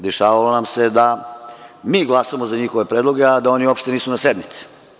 Dešavalo se da mi glasamo za njihove predloge, a da oni nisu na sednici.